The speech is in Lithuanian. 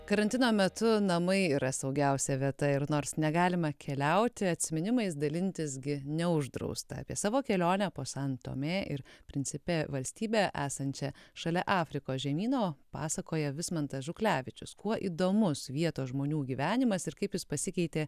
karantino metu namai yra saugiausia vieta ir nors negalima keliauti atsiminimais dalintis gi neuždrausta apie savo kelionę po san tomė ir principė valstybę esančią šalia afrikos žemyno pasakoja vismantas žuklevičius kuo įdomus vietos žmonių gyvenimas ir kaip jis pasikeitė